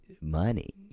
money